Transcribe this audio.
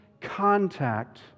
contact